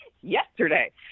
yesterday